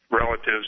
relatives